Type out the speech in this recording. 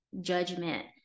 judgment